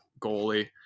goalie